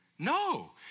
No